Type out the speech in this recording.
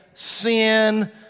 sin